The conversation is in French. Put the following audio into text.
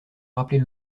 rappelée